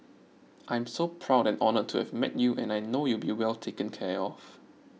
I'm so proud and honoured to have met you and I know you'll be well taken care of